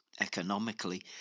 economically